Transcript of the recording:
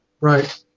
Right